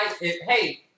Hey